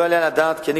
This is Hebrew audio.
לא יעלה על הדעת כי אני,